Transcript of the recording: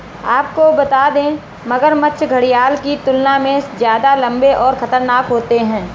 आपको बता दें, मगरमच्छ घड़ियाल की तुलना में ज्यादा लम्बे और खतरनाक होते हैं